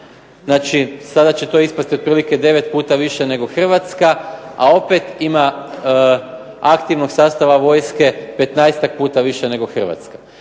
Znači, sada će to ispasti otprilike 9 puta više nego Hrvatska, a opet ima aktivnog sastava vojske 15-tak puta više nego Hrvatska.